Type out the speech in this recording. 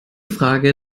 frage